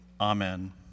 amen